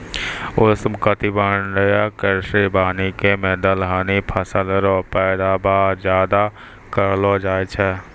उष्णकटिबंधीय कृषि वानिकी मे दलहनी फसल रो पैदावार ज्यादा करलो जाय छै